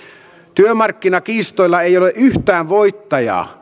työmarkkinakiistoilla ei ole yhtään voittajaa